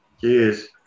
Cheers